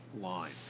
line